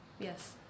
Yes